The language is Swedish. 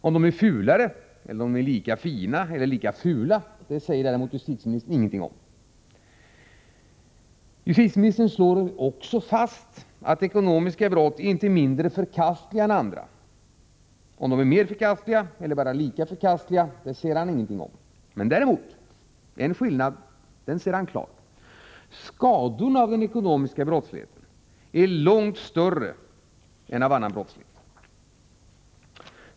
Om de är fulare eller om de är lika fina eller lika fula, säger justitieministern däremot ingenting om. Justitieministern slår också fast att ekonomiska brott inte är mindre förkastliga än andra. Om de är mer förkastliga eller bara lika förkastliga säger han ingenting om. En klar skillnad ser han däremot — skadorna av den ekonomiska brottsligheten är långt större än av annan brottslighet.